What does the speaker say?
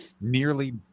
nearly